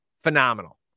Phenomenal